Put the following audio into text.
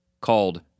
called